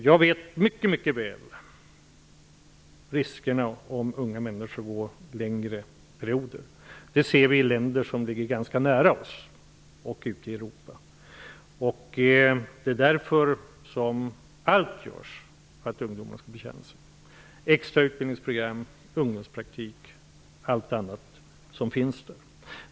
Jag vet mycket väl vilka riskerna är när ungdomar går arbetslösa långa perioder. Det kan vi se i länder som ligger ganska nära oss, ute i Europa. Det är därför som vi gör allt för att ungdomarna skall få chansen: extra utbildningsprogram, ungdomspraktik och allt annat som finns.